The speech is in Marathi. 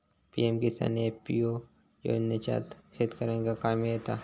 पी.एम किसान एफ.पी.ओ योजनाच्यात शेतकऱ्यांका काय मिळता?